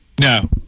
No